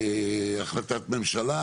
ואנחנו שמים מצלמות עם